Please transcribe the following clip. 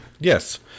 Yes